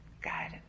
God